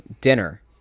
dinner